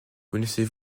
connaissez